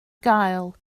gael